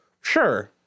sure